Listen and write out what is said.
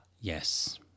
Yes